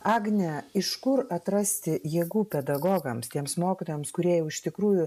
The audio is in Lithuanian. agne iš kur atrasti jėgų pedagogams tiems mokytojams kurie jau iš tikrųjų